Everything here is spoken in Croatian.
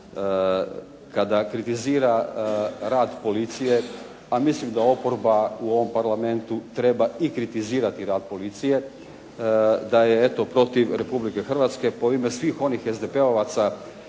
kada kritizira rad policije, pa mislim da oporba u ovom Parlamentu treba i kritizirati rad policije, da je eto protiv Republike Hrvatske po ime svih onih SDP-ovaca